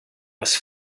was